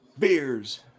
Beers